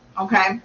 okay